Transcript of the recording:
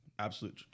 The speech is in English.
absolute